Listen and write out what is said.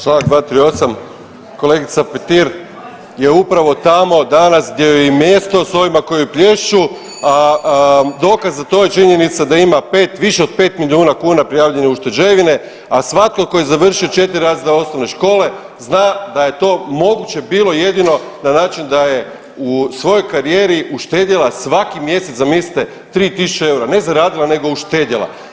Čl. 238, kolegica Petir je upravo tamo danas gdje joj i mjesto s ovima koji plješću, dokaz za to je i činjenica da ima više od 5 milijuna kuna prijavljene ušteđevine, a svatko tko je završio 4 razreda osnovne škole zna da je to moguće bilo jedino na način da je u svojoj karijeri uštedjela svaki mjesec zamislite 3000 eura, ne zaradila nego uštedjela.